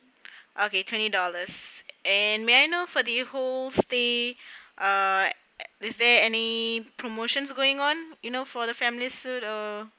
okay twenty dollars and may I know for the whole stay uh is there any promotions going on you know for the family suite ah